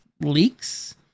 leaks